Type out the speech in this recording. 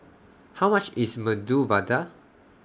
How much IS Medu Vada